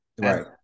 Right